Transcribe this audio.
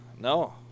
No